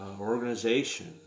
organization